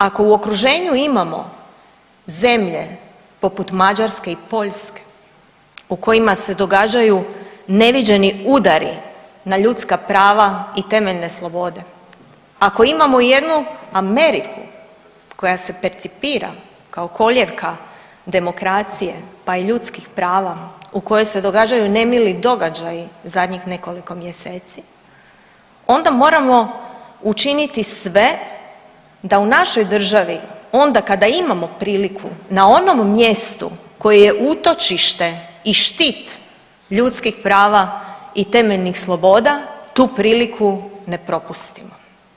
Ako u okruženju imamo zemlje poput Mađarske i Poljske u kojima se događaju neviđeni udari na ljudska prava i temeljne slobode, ako imamo jednu Ameriku koja se percipira kao koljevka demokracije pa i ljudskih prava u kojoj se događaju nemili događaji zadnjih nekoliko mjeseci onda moramo učiniti sve da u našoj državi onda kada imamo priliku na onom mjestu koje je utočište i štit ljudskih prava i temeljnih sloboda tu priliku ne propustimo.